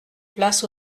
place